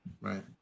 Right